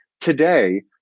Today